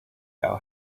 our